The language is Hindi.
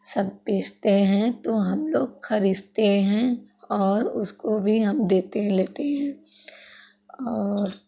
सब बेचते हैं तो हम लोग खरीदते हैं और उसको भी हम देते लेते हैं और